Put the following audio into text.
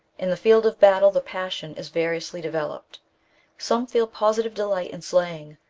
in the field of battle the passion is variously deve loped some feel positive delight in slaying,